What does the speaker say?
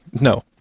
No